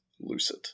lucid